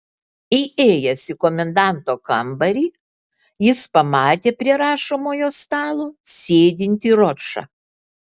įėjęs į komendanto kambarį jis pamatė prie rašomojo stalo sėdintį ročą